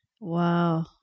Wow